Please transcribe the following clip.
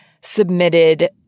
submitted